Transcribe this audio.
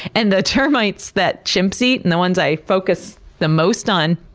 and the termites that chimps eat and, the ones i focus the most on,